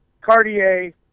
Cartier